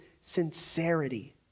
sincerity